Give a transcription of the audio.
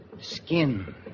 Skin